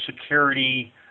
security